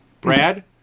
Brad